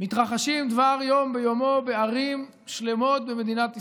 מתרחשים כדבר של יום ביומו בערים שלמות במדינת ישראל.